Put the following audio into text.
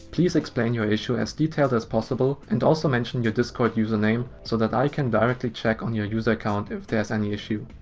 please explain your issue as detailed as possible and also mention your discord username so that i can directly check on your user account if there's any issue.